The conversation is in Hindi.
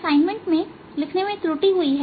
इस असाइनमेंट में लिखने में त्रुटि हुई है